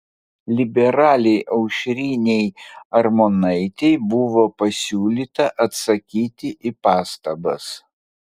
liberalei aušrinei armonaitei buvo pasiūlyta atsakyti į pastabas